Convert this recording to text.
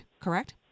correct